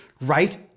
right